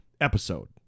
episode